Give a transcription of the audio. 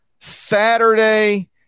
Saturday